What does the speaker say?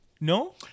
no